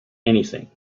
anything